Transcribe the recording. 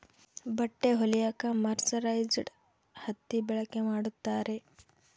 ಬಟ್ಟೆ ಹೊಲಿಯಕ್ಕೆ ಮರ್ಸರೈಸ್ಡ್ ಹತ್ತಿ ಬಳಕೆ ಮಾಡುತ್ತಾರೆ